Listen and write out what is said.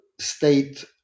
state